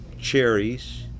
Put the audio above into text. cherries